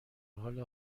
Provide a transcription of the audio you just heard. حال